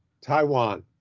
Taiwan